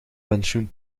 pensioen